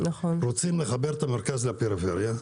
רוצים לחבר את המרכז לפריפריה,